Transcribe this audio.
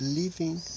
living